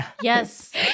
Yes